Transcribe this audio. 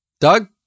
Doug